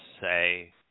say